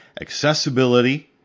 accessibility